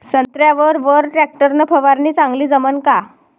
संत्र्यावर वर टॅक्टर न फवारनी चांगली जमन का?